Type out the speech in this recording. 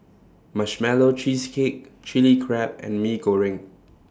Marshmallow Cheesecake Chili Crab and Mee Goreng